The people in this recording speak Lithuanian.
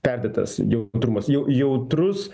perdėtas jautrumas jau jautrus